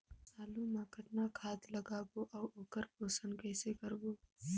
आलू मा कतना खाद लगाबो अउ ओकर पोषण कइसे करबो?